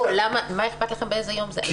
מה אכפת באיזה יום זה?